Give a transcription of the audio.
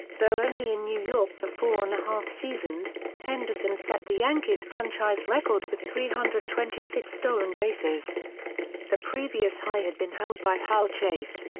though only in new york for four and a half seasons, henderson set the yankees' franchise record with three hundred and twenty six stolen bases the previous high had been held by hal chase.